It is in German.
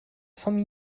von